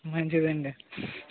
మంచిదండీ